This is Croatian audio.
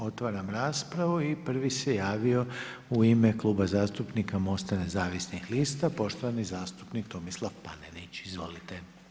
Otvaram raspravu i prvi se javio u ime Kluba zastupnika MOST-a nezavisnih lista poštovani zastupnik Tomislav Panenić, izvolite.